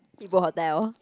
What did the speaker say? you book hotel